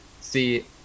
See